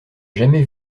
jamais